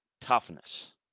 toughness